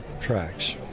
tracks